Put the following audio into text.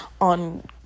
on